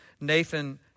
Nathan